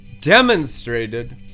demonstrated